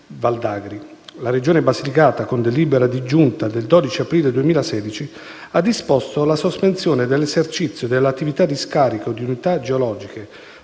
Val D'Agri. La Regione Basilicata, con la delibera di Giunta del 12 aprile 2016, ha disposto la sospensione dell'esercizio dell'attività di scarico in unità geologiche